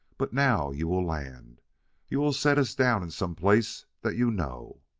but now you will land you will set us down in some place that you know.